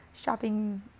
shopping